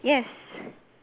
yes